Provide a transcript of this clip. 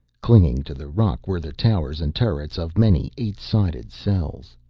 clinging to the rock were the towers and turrets of many eight-sided cells.